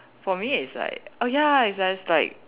for me is like oh ya it's just like